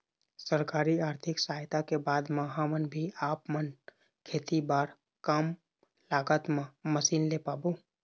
सरकारी आरथिक सहायता के बाद मा हम भी आपमन खेती बार कम लागत मा मशीन ले पाबो?